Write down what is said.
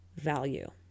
value